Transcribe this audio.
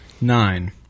nine